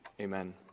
amen